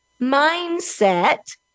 mindset